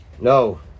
No